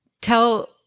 tell